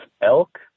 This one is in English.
elk